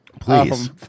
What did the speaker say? please